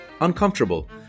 uncomfortable